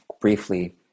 briefly